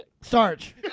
Sarge